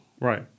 Right